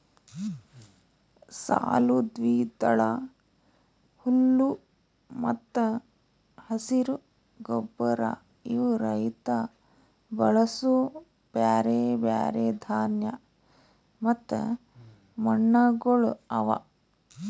ಸಾಲು, ದ್ವಿದಳ, ಹುಲ್ಲು ಮತ್ತ ಹಸಿರು ಗೊಬ್ಬರ ಇವು ರೈತ ಬಳಸೂ ಬ್ಯಾರೆ ಬ್ಯಾರೆ ಧಾನ್ಯ ಮತ್ತ ಮಣ್ಣಗೊಳ್ ಅವಾ